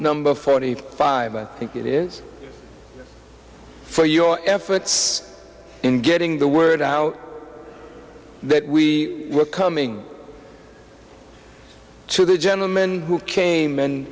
number forty five i think it is for your efforts in getting the word out that we were coming to the gentleman who came and